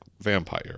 vampire